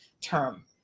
term